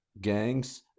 gangs